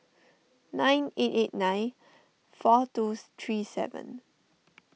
nine eight eight nine four two three seven